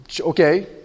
Okay